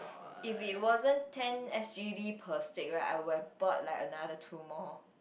if it wasn't ten S_G_D per stick right I would have bought like another two more